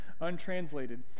untranslated